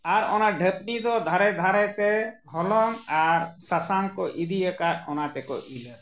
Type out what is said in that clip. ᱟᱨ ᱚᱱᱟ ᱰᱷᱟᱯᱱᱤ ᱫᱚ ᱫᱷᱟᱨᱮ ᱫᱷᱟᱨᱮ ᱛᱮ ᱦᱚᱞᱚᱝ ᱟᱨ ᱥᱟᱥᱟᱝ ᱠᱚ ᱤᱫᱤᱭᱟᱠᱟᱫ ᱚᱱᱟ ᱛᱮᱠᱚ ᱤᱞᱟᱹᱫᱟ